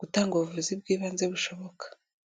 gutanga ubuvuzi bw'ibanze bushoboka.